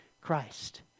Christ